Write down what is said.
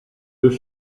deux